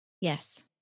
Yes